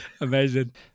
amazing